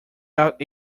out